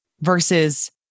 versus